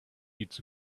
eats